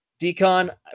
Decon